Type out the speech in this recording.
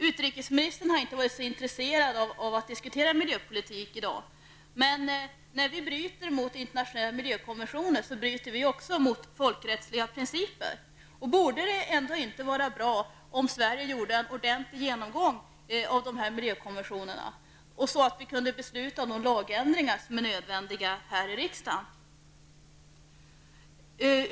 Utrikesministern har inte varit så intresserad av att diskutera miljöpolitik i dag, men när vi bryter mot internationella miljökonventioner bryter vi också mot folkrättsliga principer. Vore det ändå inte bra om Sverige gjorde en ordentlig genomgång av miljökonventionerna så att vi här i riksdagen kunde besluta om de lagändringar som är nödvändiga?